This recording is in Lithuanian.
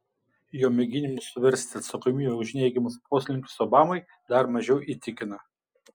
jo mėginimas suversti atsakomybę už neigiamus poslinkius obamai dar mažiau įtikina